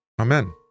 Amen